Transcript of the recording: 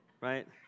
right